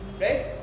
Right